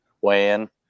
weigh-in